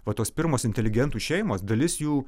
va tos pirmos inteligentų šeimos dalis jų